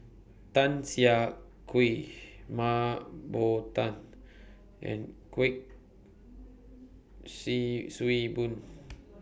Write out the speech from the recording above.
Tan Siah Kwee Mah Bow Tan and Kuik See Swee Boon